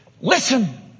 Listen